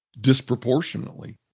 disproportionately